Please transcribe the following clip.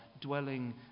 dwelling